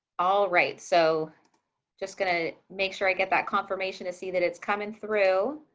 all right, so just going to make sure i get that confirmation to see that it's coming through.